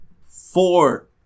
four